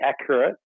accurate